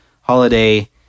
holiday